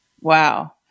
Wow